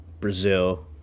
brazil